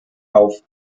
auf